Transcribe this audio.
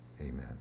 Amen